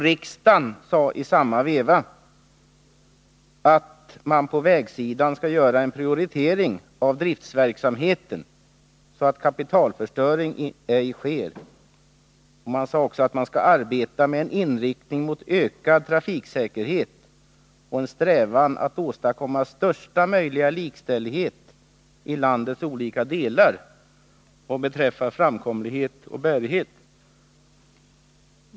Riksdagen sade i samma veva att man på vägsidan skall göra en prioritering av driftverksamheten, så att kapitalförstöring ej sker. Det sades också att man skall arbeta med en inriktning mot ökad trafiksäkerhet och ha en strävan att åstadkomma största möjliga likställighet i landets olika delar vad beträffar framkomlighet och bärighet.